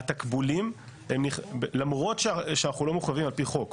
מהתקבולים למרות שאנחנו לא מחויבים על פי חוק,